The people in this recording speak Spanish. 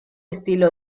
estilo